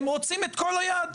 הם רוצים את כל היד.